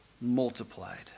multiplied